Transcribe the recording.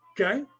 Okay